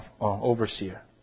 overseer